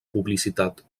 publicitat